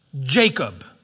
Jacob